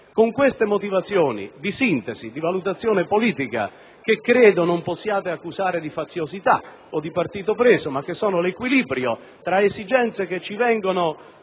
sono motivazioni di sintesi di valutazione politica che credo non possiate accusare di faziosità o di partito preso: rappresentano l'equilibrio tra le esigenze che ci vengono